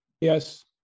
yes